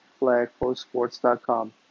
FlagPostSports.com